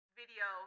video